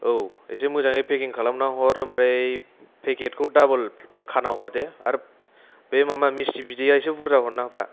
औ एसे मोजांयै पेकिं खालामना हर ओमफ्राय फेकेदखौ डाबल खानानै हर दे आर बे माबा मिस्टि बिदैआ एसे बुरजा हरना होफा